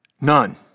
none